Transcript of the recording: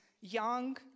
young